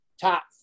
top